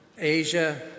Asia